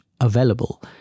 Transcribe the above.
available